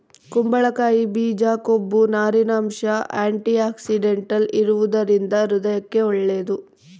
ಕುಂಬಳಕಾಯಿ ಬೀಜ ಕೊಬ್ಬು, ನಾರಿನಂಶ, ಆಂಟಿಆಕ್ಸಿಡೆಂಟಲ್ ಇರುವದರಿಂದ ಹೃದಯಕ್ಕೆ ಒಳ್ಳೇದು